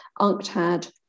UNCTAD